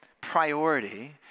priority